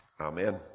Amen